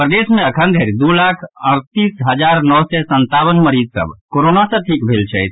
प्रदेश मे अखन धरि दू लाख अड़तीस हजार नओ सय संतावन मरीज सभ कोरोना सँ ठीक भेल छथि